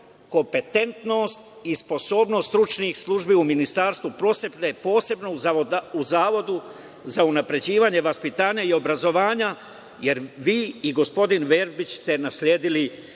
kompetentnost i sposobnost stručnih službi u Ministarstvu prosvete, posebno u Zavodu za unapređivanje vaspitanja i obrazovanja, jer vi i gospodin Verbić ste nasledili